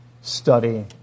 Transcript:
study